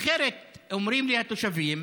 אחרת, אומרים לי התושבים,